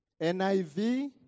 NIV